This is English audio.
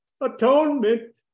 Atonement